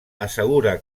assegura